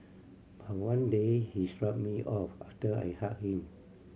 but one day he shrugged me off after I hugged him